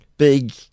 big